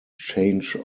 change